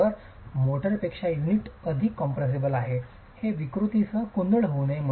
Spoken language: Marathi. तर मोर्टारपेक्षा युनिट अधिक कॉम्प्रेस्सेबल आहे हे विकृतीसह गोंधळ होऊ नये